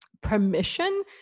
permission